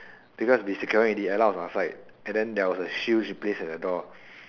because we securing already Ella on our side and then there was a shield she placed at the door